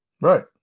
Right